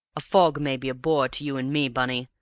a fog may be a bore to you and me, bunny,